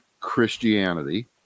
Christianity